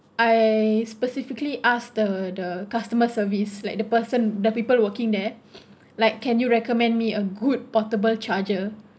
I specifically ask the the customer service like the person the people working there like can you recommend me a good portable charger